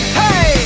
hey